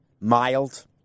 mild